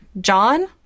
John